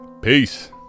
Peace